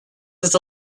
that